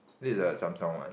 this is a Samsung one